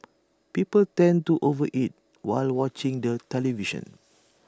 people tend to over eat while watching the television